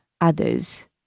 others